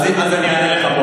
אז אני אענה לך,